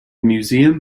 museum